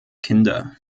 kinder